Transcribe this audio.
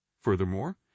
Furthermore